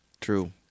True